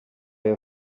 your